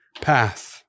path